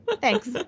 Thanks